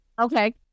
Okay